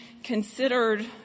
Considered